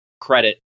credit